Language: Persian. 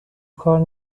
کار